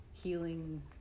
healing